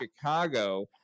Chicago